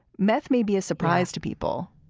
meth may be a surprise to people